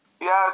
Yes